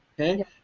okay